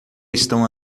estão